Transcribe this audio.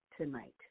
tonight